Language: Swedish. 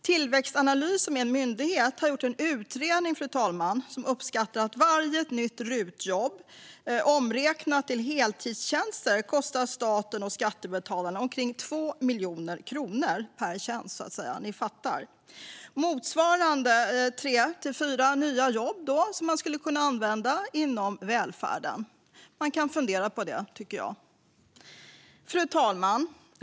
Tillväxtanalys, som är en myndighet, har gjort en utredning där man uppskattar att varje nytt RUT-jobb omräknat till heltidstjänster kostar staten och skattebetalarna omkring 2 miljoner kronor per tjänst - ni fattar! Det motsvarar tre till fyra nya jobb som skulle kunna användas inom välfärden. Det tycker jag att man kan fundera på. Fru talman!